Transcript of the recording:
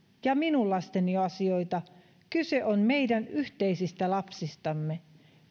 ja minun lasteni asioita kyse on meidän yhteisistä lapsistamme